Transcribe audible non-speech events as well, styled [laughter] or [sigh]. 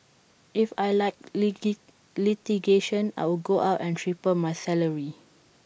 if I liked [unintelligible] litigation I would go out and triple my salary